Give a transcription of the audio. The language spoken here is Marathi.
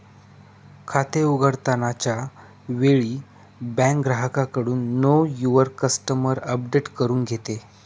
खाते उघडताना च्या वेळी बँक ग्राहकाकडून नो युवर कस्टमर अपडेट करून घेते